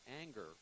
Anger